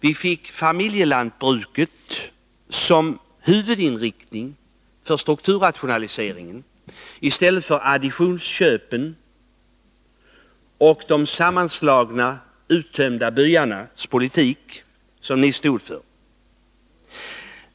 Vi har fått familjelantbruket som huvudinriktning för Torsdagen den strukturrationalisering i stället för additionsköpen och de sammanslagna, 25 mars 1982 utdömda byarnas politik, som ni stod för.